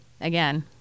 again